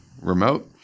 remote